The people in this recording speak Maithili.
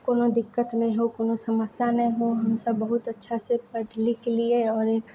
कोनो दिक्कत नहि हो कोनो समस्या नहि हो हमसब बहुत अच्छा से पढ़ लिख लियै आओर